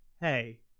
hey